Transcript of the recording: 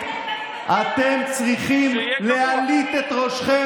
דרך אגב, אנחנו מצטטים מה שאתם אומרים.